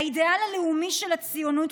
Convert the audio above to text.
האידיאל הלאומי של הציונות,